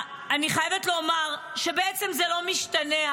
אני חייבת לומר שבעצם זה לא משתנה,